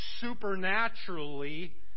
supernaturally